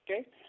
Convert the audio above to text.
Okay